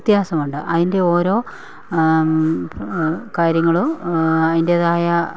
വ്യത്യാസമുണ്ട് അതിൻ്റെ ഓരോ കാര്യങ്ങളും അതിൻ്റെതായ